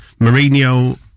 Mourinho